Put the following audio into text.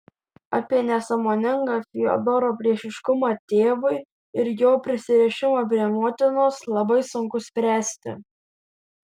apie nesąmoningą fiodoro priešiškumą tėvui ir jo prisirišimą prie motinos labai sunku spręsti